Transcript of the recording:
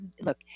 Look